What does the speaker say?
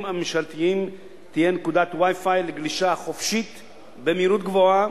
הממשלתיים תהיה נקודת Wi-Fi לגלישה חופשית במהירות גבוהה,